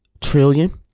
trillion